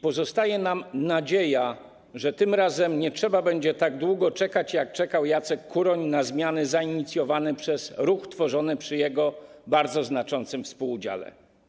Pozostaje nam nadzieja, że tym razem nie trzeba będzie tak długo czekać, jak czekał Jacek Kuroń, na zmiany zainicjowane przez ruch tworzony przy jego bardzo znaczącym współudziale.